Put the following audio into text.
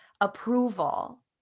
approval